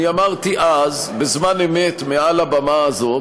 אני אמרתי אז בזמן אמת מעל הבמה הזאת,